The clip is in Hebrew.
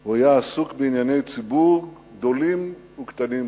הוא היה עסוק בענייני ציבור, גדולים וקטנים כאחד.